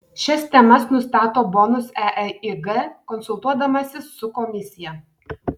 šias temas nustato bonus eeig konsultuodamasis su komisija